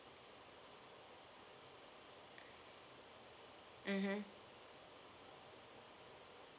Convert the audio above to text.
mmhmm